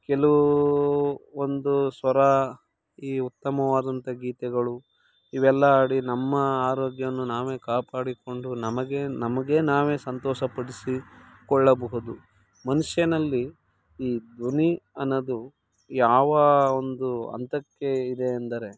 ಕೆಲವು ಒಂದು ಸ್ವರ ಈ ಉತ್ತಮವಾದಂಥ ಗೀತೆಗಳು ಇವೆಲ್ಲಾ ಆಡಿ ನಮ್ಮ ಆರೋಗ್ಯವನ್ನು ನಾವೇ ಕಾಪಾಡಿಕೊಂಡು ನಮಗೆ ನಮಗೆ ನಾವೇ ಸಂತೋಷಪಡಿಸಿ ಕೊಳ್ಳಬಹುದು ಮನುಷ್ಯನಲ್ಲಿ ಈ ಧ್ವನಿ ಅನ್ನೋದು ಯಾವ ಒಂದು ಹಂತಕ್ಕೆ ಇದೆ ಎಂದರೆ